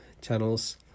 channels